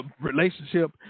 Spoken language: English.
relationship